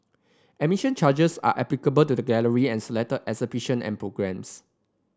admission charges are applicable to the gallery and selected exhibition and programmes